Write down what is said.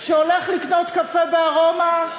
שהולך לקנות קפה ב"ארומה",